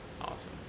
Awesome